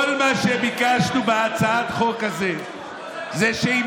כל מה שביקשנו בהצעת החוק הזאת זה שאם